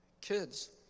kids